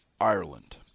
Ireland